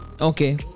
Okay